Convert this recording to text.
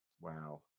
Wow